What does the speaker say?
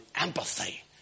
empathy